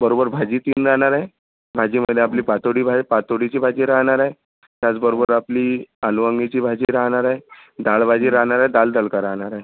बरोबर भाजी तीन राहणार आहे भाजीमध्ये आपली पातोडी भा पातोडीची भाजी राहणार आहे त्याचबरोबर आपली आलू वांग्याची भाजी राहणार आहे दाल भाजी राहणार आहे दाल तडका राहणार आहे